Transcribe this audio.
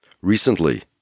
Recently